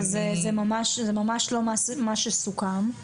אז זה ממש לא מה שסוכם.